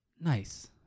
Nice